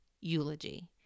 eulogy